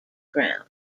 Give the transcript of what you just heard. ground